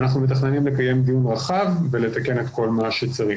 אנחנו מתכננים לקיים דיון רחב ולתקן את כל מה שצריך.